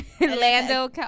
Lando